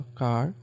car